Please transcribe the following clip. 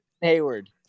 Hayward